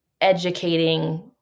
educating